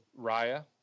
Raya